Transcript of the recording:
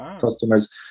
customers